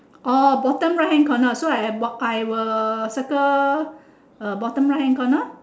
orh bottom right hand corner so I have bot I will circle uh bottom right hand corner